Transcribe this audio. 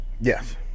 Yes